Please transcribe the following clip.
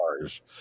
cars